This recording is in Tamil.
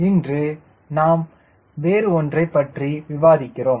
இன்று நாம் வேறு ஒன்றைப் பற்றி விவாதிக்கிறோம்